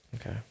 Okay